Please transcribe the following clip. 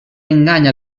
engany